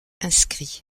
inscrit